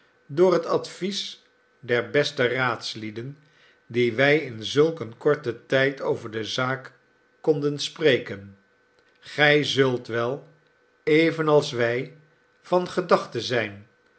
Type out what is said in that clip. door het advies der beste raadslieden die wij in zulk een korten tijd over de zaak konden spreken gij zult wel evenals wij van gedachte zijn